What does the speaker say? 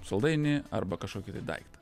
saldainį arba kažkokį tai daiktą